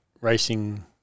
racing